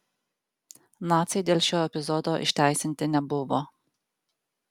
naciai dėl šio epizodo išteisinti nebuvo